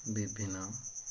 ବିଭିନ୍ନ